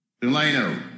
Delano